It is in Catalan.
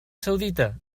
saudita